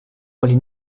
oli